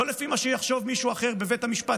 לא לפי מה שיחשוב מישהו אחר בבית המשפט